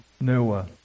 Noah